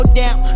down